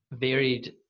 varied